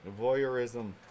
Voyeurism